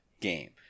game